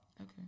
Okay